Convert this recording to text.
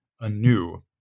anew